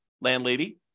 landlady